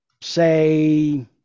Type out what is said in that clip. say